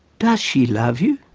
does she love you?